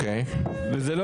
וזה לא